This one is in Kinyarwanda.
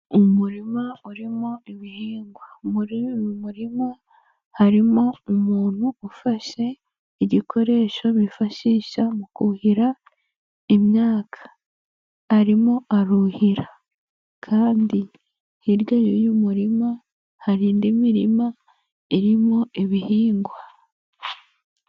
Umurima urimo ibihingwa, muri uyu murima harimo umuntu ufashe igikoresho bifashisha mu kuhira imyaka, arimo aruhira kandi hirya y'uyu murima, hari indi mirima irimo ibihingwa.